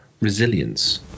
resilience